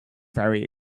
very